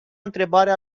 întrebare